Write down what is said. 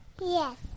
Yes